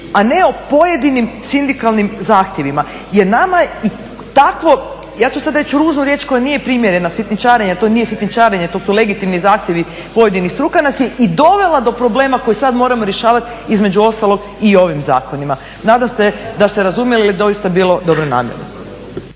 a ne o pojedinim sindikalnim zahtjevima. Jer nama i takvo, ja ću sad reći ružnu riječ koja nije primjerena sitničarenje, to nije sitničarenje to su legitimni zahtjevi pojedinih struka, nas je i dovela do problema koji sad moramo rješavati između ostalog i ovim zakonima. Nadam se da ste razumjeli, jer je doista bilo dobronamjerno.